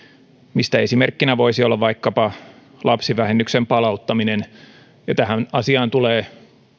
mistä esimerkkinä voisi olla vaikkapa lapsivähennyksen palauttaminen tähän asiaan tulee